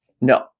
No